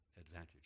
advantage